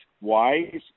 wise